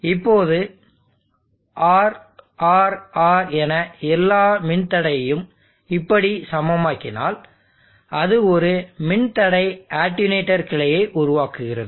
இப்போது RRR என எல்லா மின்தடையையும் இப்படி சமமாக்கினால் அது ஒரு மின்தடை அட்டென்யூட்டர் கிளையை உருவாக்குகிறது